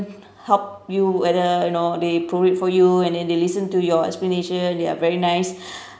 help you whether you know they prorate for you and then they listen to your explanation they are very nice